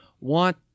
want